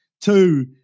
two